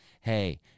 hey